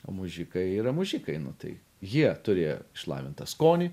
o mužikai yra mužikai nu tai jie turėjo išlavintą skonį